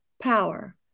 power